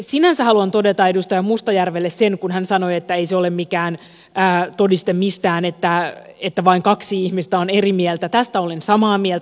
sinänsä haluan todeta edustaja mustajärvelle kun hän sanoi että ei se ole mikään todiste mistään että vain kaksi ihmistä on eri mieltä että tästä olen samaa mieltä